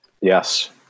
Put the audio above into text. Yes